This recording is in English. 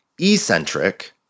eccentric